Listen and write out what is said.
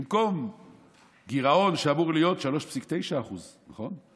ובמקום גירעון שאמור להיות 3.9% נכון?